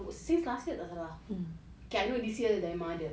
since last year tak salah okay I know this year dah memang ada